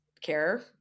care